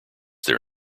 their